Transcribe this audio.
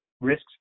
risks